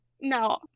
No